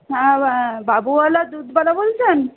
হ্যাঁ বাবুওয়ালা দুধওয়ালা বলছেন